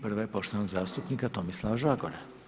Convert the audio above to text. Prva je poštovanog zastupnika Tomislava Žagara.